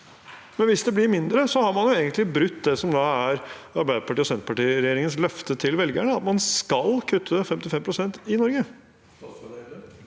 Men hvis det blir mindre, har man egentlig brutt det som er Arbeiderparti–Senterpartiet-regjeringens løfte til velgerne om at man skal kutte 55 pst. i Norge.